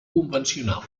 convencional